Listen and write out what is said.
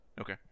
Okay